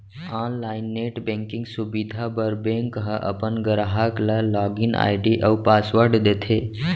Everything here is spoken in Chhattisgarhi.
आनलाइन नेट बेंकिंग सुबिधा बर बेंक ह अपन गराहक ल लॉगिन आईडी अउ पासवर्ड देथे